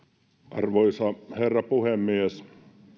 arvoisa herra puhemies